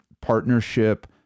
partnership